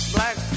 Black